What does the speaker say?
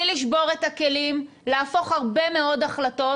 לשבור את הכלים להפוך הרבה מאוד החלטות,